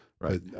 right